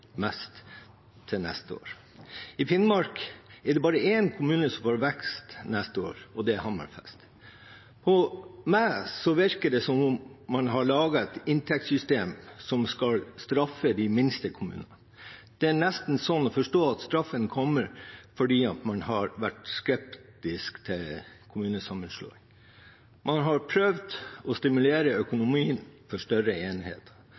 mest neste år. I Finnmark er det bare én kommune som får vekst neste år, og det er Hammerfest. På meg virker det som om man har laget et inntektssystem som skal straffe de minste kommunene. Det er nesten sånn å forstå at straffen kommer fordi man har vært skeptisk til kommunesammenslåing. Man har prøvd å stimulere økonomien for større enheter.